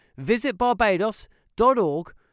visitbarbados.org